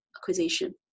acquisition